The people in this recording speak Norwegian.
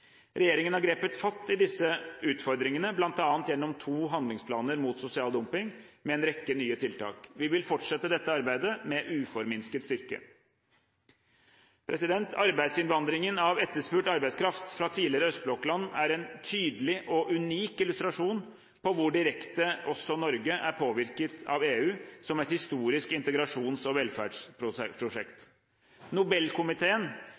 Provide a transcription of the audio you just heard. Regjeringen har grepet fatt i disse utfordringene gjennom bl.a. to handlingsplaner med en rekke nye tiltak mot sosial dumping. Vi vil fortsette dette arbeidet med uforminsket styrke. Arbeidsinnvandringen av etterspurt arbeidskraft fra tidligere østblokkland er en tydelig og unik illustrasjon på hvor direkte også Norge er påvirket av EU som et historisk integrasjons- og velferdsprosjekt. Nobelkomiteen